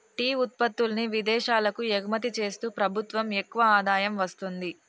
tea ఉత్పత్తుల్ని విదేశాలకు ఎగుమతి చేస్తూ ప్రభుత్వం ఎక్కువ ఆదాయం వస్తుంది